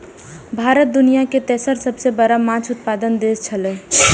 भारत दुनिया के तेसर सबसे बड़ा माछ उत्पादक देश छला